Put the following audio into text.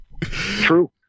true